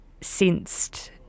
sensed